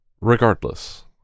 regardless